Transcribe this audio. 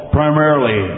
primarily